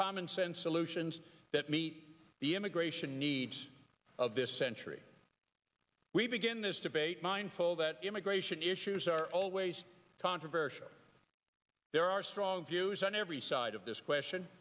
commonsense solutions that meet the immigration needs of this century we begin this debate mindful that immigration issues are always controversial there are strong views on every side of this question